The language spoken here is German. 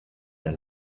der